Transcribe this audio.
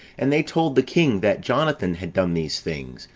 and they told the king that jonathan had done these things,